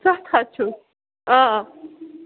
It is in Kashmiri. سَتھ ہتھ چھُو آ آ